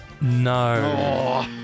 No